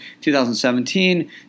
2017